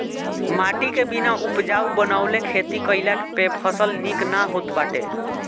माटी के बिना उपजाऊ बनवले खेती कईला पे फसल निक ना होत बाटे